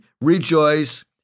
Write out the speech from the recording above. rejoice